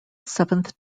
seventh